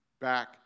back